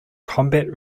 combat